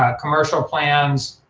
ah commercial plans,